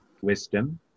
wisdom